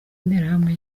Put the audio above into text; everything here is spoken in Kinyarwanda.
interahamwe